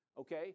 okay